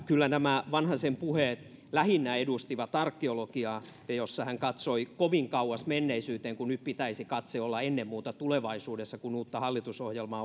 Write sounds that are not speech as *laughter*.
kyllä nämä vanhasen puheet edustivat lähinnä arkeologiaa ja niissä hän katsoi kovin kauas menneisyyteen kun nyt pitäisi katseen olla ennen muuta tulevaisuudessa kun uutta hallitusohjelmaa *unintelligible*